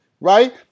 right